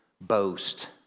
boast